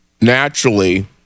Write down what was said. naturally